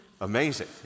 Amazing